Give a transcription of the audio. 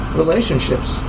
relationships